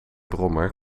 brommer